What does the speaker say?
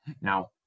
Now